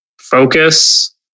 Focus